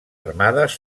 armades